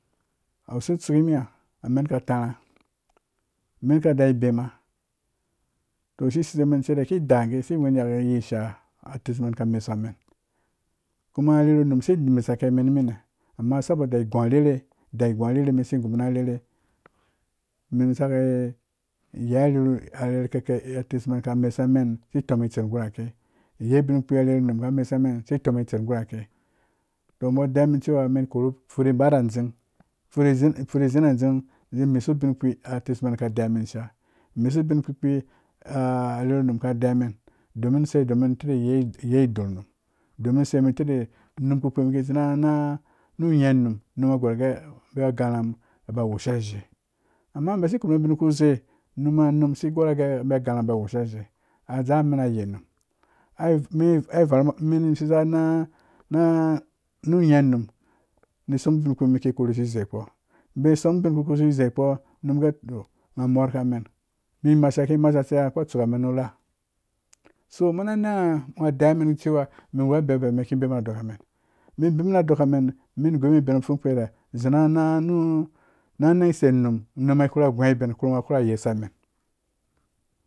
Awu se tsu rimiha amenka tarha amen ka dai bema, to isisei cere ki dage shiya ni nyaki yi sha atesmen ka mesumen kuma a rherhe unun saki yie arherhe ka atesmen isa mesa men isi too men tser gureka yei ubinkpi arherhu unum ka mesamen isi tõõmen tser gureke to ubo deiyawa umen cewa koro ifuri ba ra dzing furi zina dzing. zi mesu ubin kpi atesmeka deiwa isha mesu uben kpukpi arherhe num ka deiwa men domin se domin titi zei idor unum. domin se domin kade num kpupki men ki zi nu nyenum unum a gorgee oh a garhĩ mu ba woshadshe amma basi korumun ubin ku zei numa ba woshadshe a dzangha men ayetnum. ai verumbo nu mum seisa nan nyenum ni som ubin kpi mum ki kore kusi zei kpo ibai som bin kpi ki koke kusi zeikpo unum kpe gor gee ngha a mork mum mimasha ki mashace a kpe tsuke men ru rha. so mõ na nan ha ngha deiwa men cewa men iwubika bema adoka sa nan na nang sei unum, unum ai gii ben ifura yeisa men